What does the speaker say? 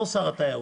לא שר התיירות.